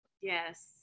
Yes